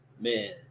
man